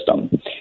system